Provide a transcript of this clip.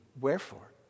Wherefore